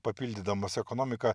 papildydamos ekonomiką